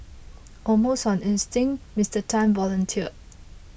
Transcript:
almost on instinct Mister Tan volunteered